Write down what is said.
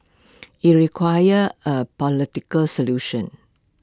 IT requires A political solution